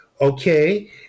Okay